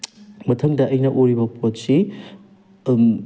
ꯃꯊꯪꯗ ꯑꯩꯅ ꯎꯔꯤꯕ ꯄꯣꯠꯁꯤ